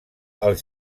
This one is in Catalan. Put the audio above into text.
els